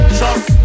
trust